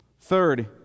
Third